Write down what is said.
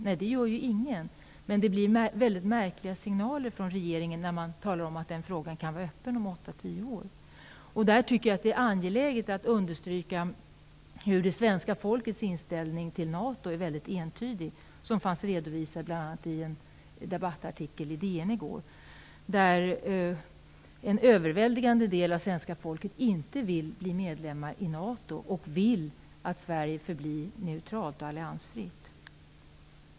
Nej, det gör ju ingen, men det blir väldigt märkliga signaler från regeringen när man talar om att den frågan kan vara öppen om åttatio år. Där tycker jag att det är angeläget att understryka det svenska folkets inställning till NATO. Den är väldigt entydig och finns redovisad i bl.a. en debattartikel i Dagens Nyheter i går. En överväldigande del av svenska folket vill inte att vi blir medlemmar i NATO och vill att Sverige förblir neutralt och alliansfritt.